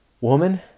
woman